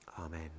Amen